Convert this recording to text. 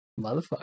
motherfucker